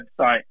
website